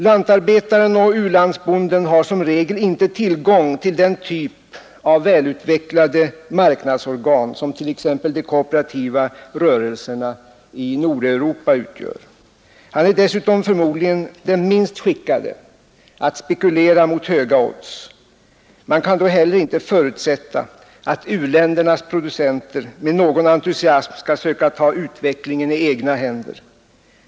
Lantarbetaren och u-landsbonden har i regel inte tillgång till den typ av välutvecklade marknadsorgan som t.ex. de kooperativa rörelserna i Nordeuropa utgör. Han är dessutom förmodligen den minst skickade att spekulera mot höga odds. Man kan då inte heller förutsätta att u-ländernas producenter med någon entusiasm skall söka ta utvecklingen i egna händer.